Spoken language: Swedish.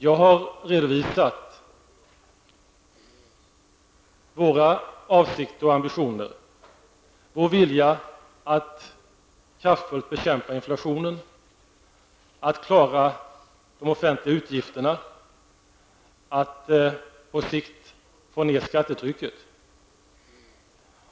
Jag har redovisat våra avsikter och ambitioner, vår vilja att kraftfullt bekämpa inflationen, att klara de offentliga utgifterna och att på sikt få ned skattetrycket.